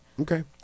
Okay